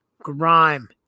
grime